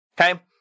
Okay